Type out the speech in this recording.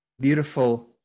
beautiful